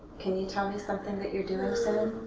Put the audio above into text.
can you tell me something that you're doing soon?